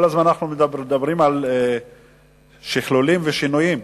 כל הזמן אנחנו מדברים על שכלולים ושינויים.